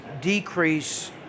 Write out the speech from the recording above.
decrease